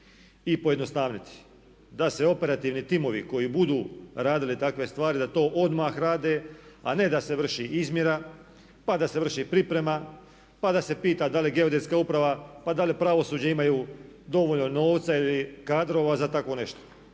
i pojednostavniti da se operativni timovi koji budu radili takve stvari da to odmah rade a ne da se vrši izmjera pa da se vrši priprema pa da se pita da li geodetska uprava pa da li pravosuđe imaju dovoljno novca ili kadrova za tako nešto.